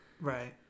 right